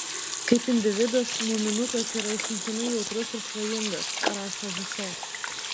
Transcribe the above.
kaip individas muminukas yra išimtinai jautrus ir svajingas rašo huse